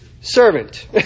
Servant